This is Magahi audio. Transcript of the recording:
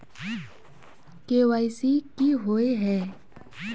के.वाई.सी की हिये है?